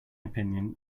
opinion